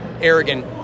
arrogant